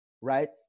right